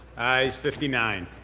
ayes fifty nine.